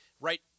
right